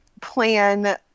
plan